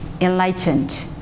enlightened